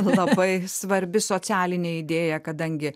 labai svarbi socialinė idėja kadangi